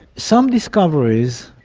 some discoveries,